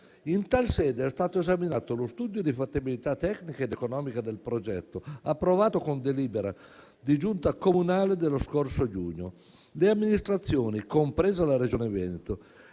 In tale sede è stato esaminato lo studio di fattibilità tecnica ed economica del progetto, approvato con delibera di giunta comunale dello scorso giugno. Le amministrazioni, compresa la Regione Veneto